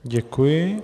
Děkuji.